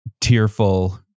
tearful